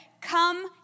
Come